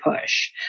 push